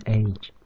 age